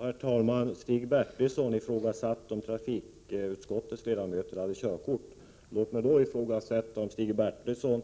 Herr talman! Stig Bertilsson ifrågasatte om trafikutskottets ledamöter har körkort. Låt mig ifrågasätta om Stig Bertilsson